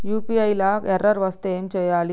UPI లా error వస్తే ఏం చేయాలి?